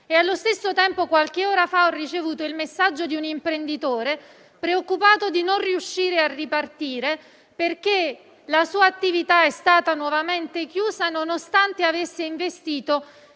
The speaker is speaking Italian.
Allo stesso tempo, proprio qualche ora fa ho ricevuto il messaggio di un imprenditore, preoccupato di non riuscire a ripartire, perché la sua attività è stata nuovamente chiusa, nonostante avesse investito